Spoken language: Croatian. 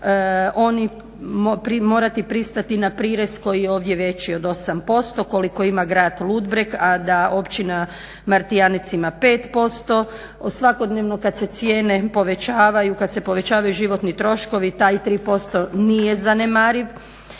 oni morati pristati na prirez koji je ovdje veći od 8% koliko ima grad Ludbreg, a da općina Martijanec ima 5%. Svakodnevno kad se cijene povećavaju, kad se povećavaju životni troškovi, taj 3% nije zanemariv